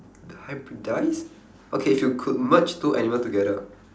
hybridize okay if you could merge two animal together